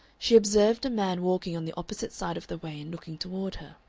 she observed a man walking on the opposite side of the way and looking toward her.